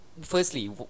firstly